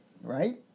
right